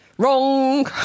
Wrong